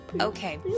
Okay